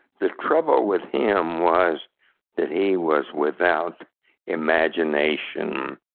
the trouble with him was that he was without imagination.